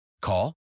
Call